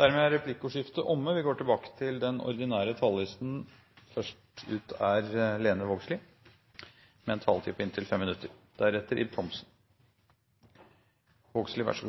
Replikkordskiftet er omme. Ein god oppvekst varar heile livet. For Arbeidarpartiet er det heilt avgjerande med ei sterk satsing på